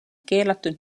keelatud